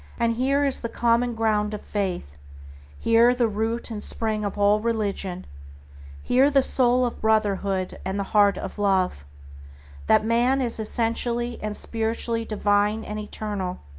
and here is the common ground of faith here the root and spring of all religion here the soul of brotherhood and the heart of love that man is essentially and spiritually divine and eternal,